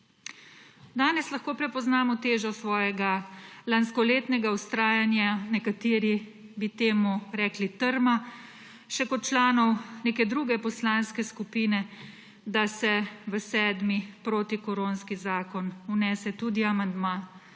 Danes lahko prepoznamo težo svojega lanskoletnega vztrajanja, nekateri bi temu rekli trma, še kot članov neke druge poslanske skupine, da se v sedmi protikoronski zakon vnese tudi amandma